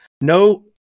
no